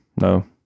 no